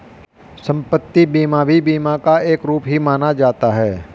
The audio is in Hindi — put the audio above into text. सम्पत्ति बीमा भी बीमा का एक रूप ही माना जाता है